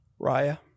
Raya